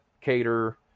cater